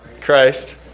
Christ